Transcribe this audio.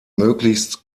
möglichst